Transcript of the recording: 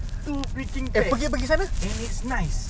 bro transport bro transport transport allowance